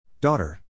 Daughter